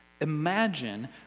Imagine